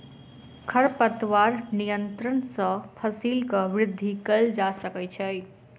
खरपतवार नियंत्रण सॅ फसीलक वृद्धि कएल जा सकै छै